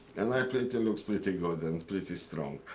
and that picture looks pretty good and pretty strong.